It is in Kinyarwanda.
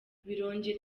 birongera